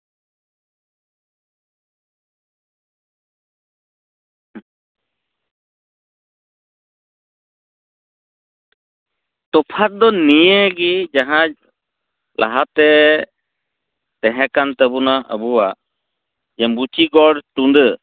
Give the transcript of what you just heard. ᱛᱚᱯᱷᱟᱛ ᱫᱚ ᱱᱤᱭᱟᱹ ᱜᱮ ᱡᱟᱦᱟᱸ ᱞᱟᱦᱟᱛᱮ ᱛᱮᱦᱮᱸᱠᱟᱱ ᱛᱟᱵᱚᱱᱟ ᱟᱵᱚᱣᱟᱜ ᱢᱩᱪᱤᱜᱚᱲ ᱛᱩᱢᱫᱟᱹᱜ